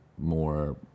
more